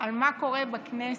על מה קורה בכנסת,